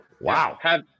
Wow